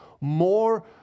more